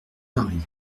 paris